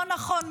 לא נכון,